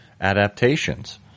adaptations